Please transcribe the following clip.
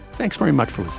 thanks very much for this